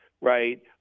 right